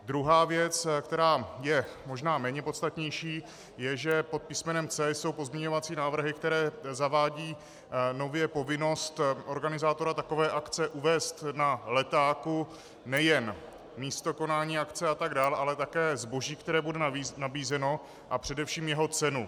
Druhá věc, která je možná méně podstatnější, je, že pod písmenem C jsou pozměňovací návrhy, které zavádějí nově povinnost organizátora takové akce uvést na letáku nejen místo konání akce a tak dál, ale také zboží, které bude nabízeno, a především jeho cenu.